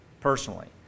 personally